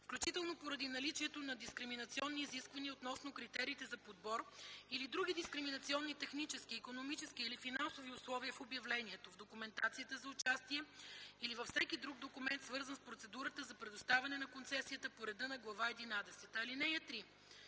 включително поради наличието на дискриминационни изисквания относно критериите за подбор или други дискриминационни технически, икономически или финансови условия в обявлението, в документацията за участие, или във всеки друг документ, свързан с процедурата за предоставяне на концесията по реда на Глава единадесета.